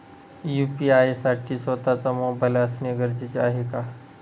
UPI साठी स्वत:चा mobile असणे गरजेचे आहे का?